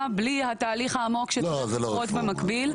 בלי התהליך העמוק שצריך לקרות במקביל.